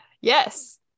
Yes